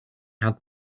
had